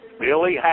Billy